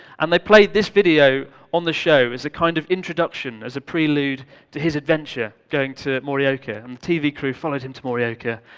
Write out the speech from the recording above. and they played this video on the show as a kind of introduction, as a prelude to his adventure going to morioka. the um tv crew followed him to morioka.